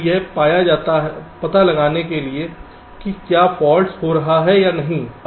तो यह पता लगाने के लिए कि क्या फ़ाल्ट्स हो रहा है या नहीं है